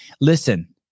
Listen